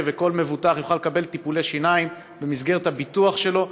וכל מבוטח יוכל לקבל טיפולי שיניים במסגרת הביטוח שלו.